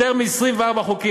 יותר מ-24 חוקים,